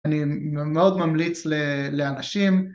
אני מאוד ממליץ לאנשים